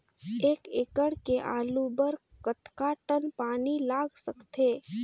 एक एकड़ के आलू बर कतका टन पानी लाग सकथे?